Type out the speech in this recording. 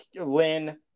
Lynn